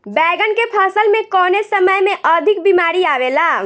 बैगन के फसल में कवने समय में अधिक बीमारी आवेला?